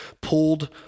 pulled